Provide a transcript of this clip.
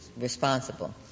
responsible